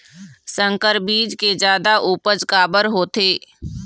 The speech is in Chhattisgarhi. संकर बीज के जादा उपज काबर होथे?